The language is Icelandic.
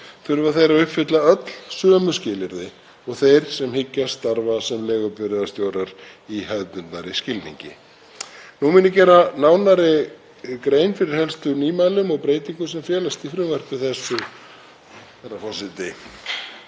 þurfa þeir að uppfylla öll sömu skilyrði og þeir sem hyggjast starfa sem leigubifreiðastjórar í hefðbundnari skilningi. Herra forseti. Nú mun ég gera nánari grein fyrir helstu nýmælum og breytingum sem felast í frumvarpi þessu.